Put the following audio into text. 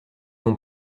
non